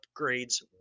upgrades